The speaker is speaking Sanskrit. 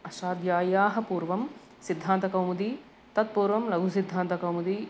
अष्टाध्यायाः पूर्वं सिद्धान्तकौमुदी तत्पूर्वं लघुसिद्धान्तकौमुदी